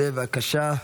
בבקשה.